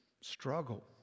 struggle